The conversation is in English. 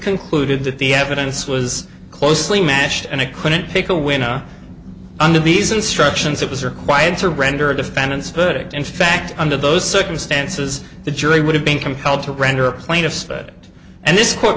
concluded that the evidence was closely matched and it couldn't pick a winner under these instructions it was required to render a defendant's verdict in fact under those circumstances the jury would have been compelled to render a plane of spirit and this court